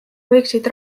võiksid